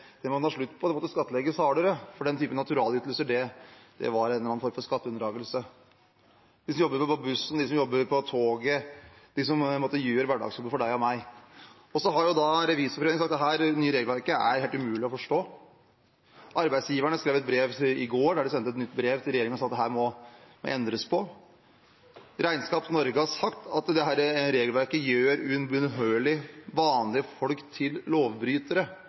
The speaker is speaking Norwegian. ville man ha slutt på, det måtte skattlegges hardere, for den typen naturalytelser var en eller annen form for skatteunndragelse – de som jobber på bussen, de som jobber på toget, de som på en måte gjør hverdagsjobben for deg og meg. Så har Revisorforeningen sagt at dette nye regelverket er helt umulig å forstå. Arbeidergiverne sendte et nytt brev til regjeringen i går, der de skrev at dette må det endres på. Regnskap Norge har sagt at dette regelverket gjør ubønnhørlig vanlige folk til lovbrytere